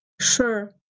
sure